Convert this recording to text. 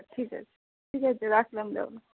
ঠিক আছে ঠিক আছে রাখলাম